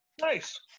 Nice